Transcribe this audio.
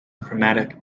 chromatic